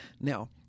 Now